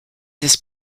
this